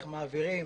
איך מעבירים